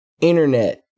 Internet